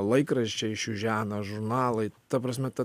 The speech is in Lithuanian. laikraščiai čiužena žurnalai ta prasme ta